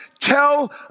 tell